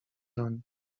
doń